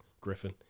Griffin